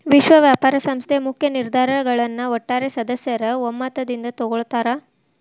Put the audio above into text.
ವಿಶ್ವ ವ್ಯಾಪಾರ ಸಂಸ್ಥೆ ಮುಖ್ಯ ನಿರ್ಧಾರಗಳನ್ನ ಒಟ್ಟಾರೆ ಸದಸ್ಯರ ಒಮ್ಮತದಿಂದ ತೊಗೊಳ್ತಾರಾ